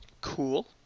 Cool